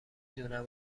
دونم